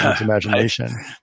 imagination